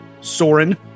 Soren